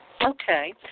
Okay